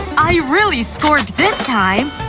i really scored this time!